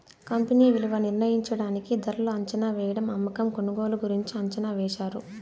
company విలువ నిర్ణయించడానికి ధరలు అంచనావేయడం అమ్మకం కొనుగోలు గురించి అంచనా వేశారు